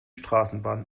straßenbahn